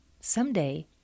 Someday